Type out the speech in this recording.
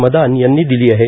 मदान यांनी दिली आहे